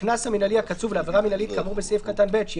הקנס המנהלי הקצוב לעבירה מנהלית כאמור בסעיף קטן (ב) שהיא